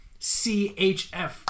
CHF